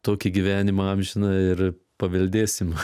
tokį gyvenimą amžiną ir paveldėsim